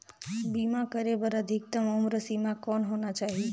बीमा करे बर अधिकतम उम्र सीमा कौन होना चाही?